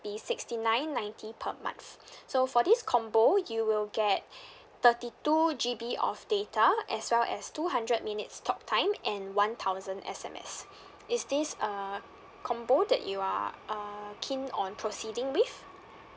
be sixty nine ninety per month so for this combo you will get thirty two G_B of data as well as two hundred minutes talk time and one thousand S_M_S is this uh combo that you are uh keen on proceeding with